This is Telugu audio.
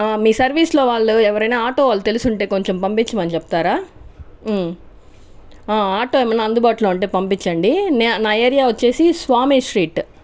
మీ సర్వీస్లో వాళ్ళు ఎవరైనా ఆటో వాళ్ళు తెలిసుంటే కొంచం పంపించమని చెప్తారా ఆటో ఏమైనా అందుబాటులో ఉంటే పంపించండి నా ఏరియా వచ్చేసి స్వామి స్ట్రీట్